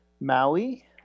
Maui